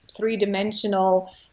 Three-dimensional